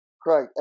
Craig